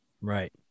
right